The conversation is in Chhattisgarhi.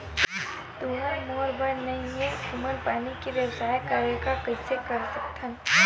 तुहर मेर बोर नइ हे तुमन पानी के बेवस्था करेबर का कर सकथव?